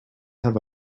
have